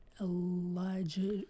Elijah